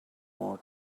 more